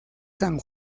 san